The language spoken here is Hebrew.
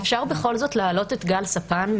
אפשר להעלות בכל זאת את גל ספן,